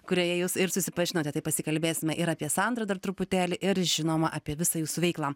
kurioje jūs ir susipažinote tai pasikalbėsime ir apie sandrą dar truputėlį ir žinoma apie visą jūsų veiklą